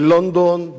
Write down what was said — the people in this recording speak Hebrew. בלונדון,